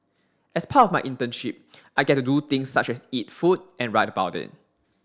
as part of my internship I get to do things such as eat food and write about it